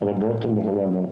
רבות ומגוונות,